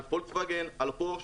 על פולקסווגן, על פורשה.